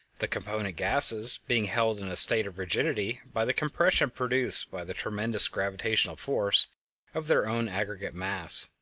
the component gases being held in a state of rigidity by the compression produced by the tremendous gravitational force of their own aggregate mass.